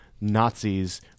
nazis